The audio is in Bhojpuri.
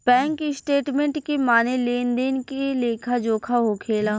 बैंक स्टेटमेंट के माने लेन देन के लेखा जोखा होखेला